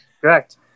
Correct